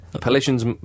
politicians